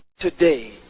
today